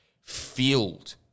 filled